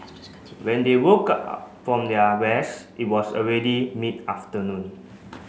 when they woke up from their rest it was already mid afternoon